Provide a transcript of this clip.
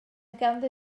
ganddi